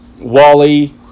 Wally